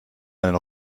einen